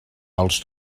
els